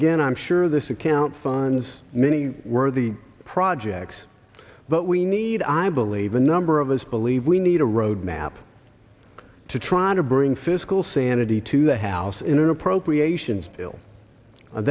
again i'm sure this account funs many worthy projects but we need i believe a number of us believe we need a roadmap to try to bring fiscal sanity to the house in an appropriate